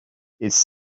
its